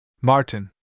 Martin